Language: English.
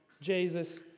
Jesus